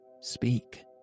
Speak